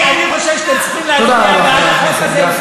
אני חושב שאתם צריכים להצביע בעד החוק הזה.